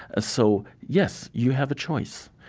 ah so, yes, you have a choice.